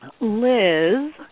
Liz